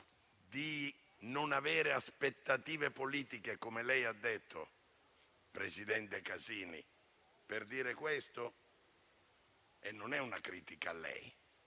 di non avere aspettative politiche, come lei ha detto, presidente Casini, per dire questo? Non è una critica a lei.